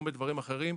כמו בדברים אחרים,